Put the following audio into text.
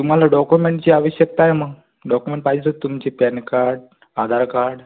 तुम्हाला डॉक्युमेंटची आवश्यकता आहे मग डॉक्युमेंट पाहिजेत तुमचे पॅन कार्ड आधार कार्ड